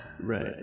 Right